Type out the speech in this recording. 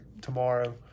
tomorrow